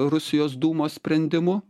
rusijos dūmos sprendimu